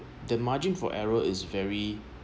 the margin for error is very